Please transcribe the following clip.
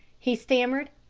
he stammered.